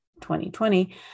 2020